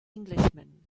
englishman